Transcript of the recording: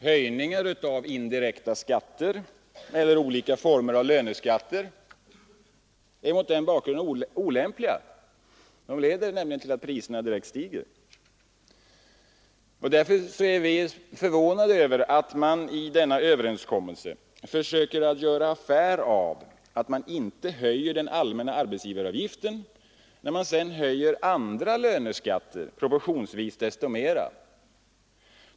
Höjningar av indirekta skatter eller olika former av löneskatter är mot den bakgrunden olämpliga. De leder nämligen direkt till att priserna stiger. Därför är vi förvånade över att man i denna överenskommelse försöker göra affär av att man inte höjer den allmänna arbetsgivaravgiften, när man sedan höjer andra löneskatter proportionsvis desto mer.